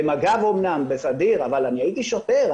במג"ב אמנם, בסדיר, אבל אני הייתי שוטר.